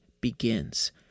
begins